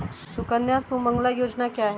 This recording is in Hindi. सुकन्या सुमंगला योजना क्या है?